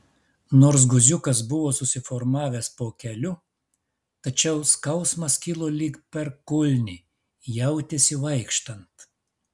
nors guziukas buvo susiformavęs po keliu tačiau skausmas kilo lyg per kulnį jautėsi vaikštant